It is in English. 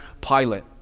Pilate